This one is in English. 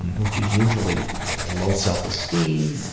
um which is usually low self-esteem,